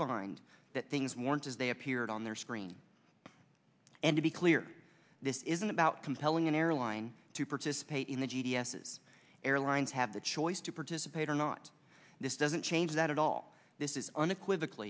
find that things weren't as they appeared on their screen and to be clear this isn't about compelling an airline to participate in the g d s is airlines have the choice to participate or not this doesn't change that at all this is unequivocal